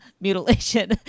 mutilation